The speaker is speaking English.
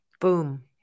Boom